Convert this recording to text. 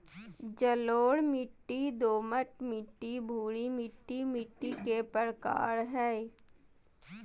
जलोढ़ मिट्टी, दोमट मिट्टी, भूरी मिट्टी मिट्टी के प्रकार हय